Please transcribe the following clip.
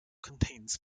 contains